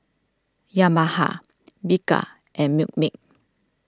Yamaha Bika and Milkmaid